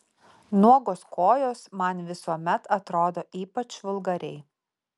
nuogos kojos man visuomet atrodo ypač vulgariai